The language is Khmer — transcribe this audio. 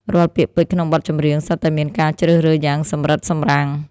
រាល់ពាក្យពេចន៍ក្នុងបទចម្រៀង សុទ្ធតែមានការជ្រើសរើសយ៉ាងសម្រិតសម្រាំង។